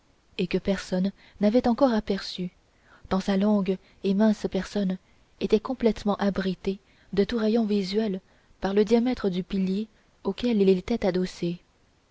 et que personne n'avait encore aperçu tant sa longue et mince personne était complètement abritée de tout rayon visuel par le diamètre du pilier auquel il était adossé